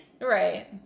Right